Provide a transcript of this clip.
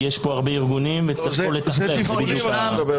יש הרבה ארגונים וצריך לתכלל את זה.